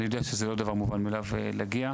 אני יודע שזה לא דבר מובן מאליו להגיע,